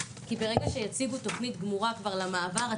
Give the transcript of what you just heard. כי ברגע שיציגו תוכנית גמורה כבר למעבר עצמו.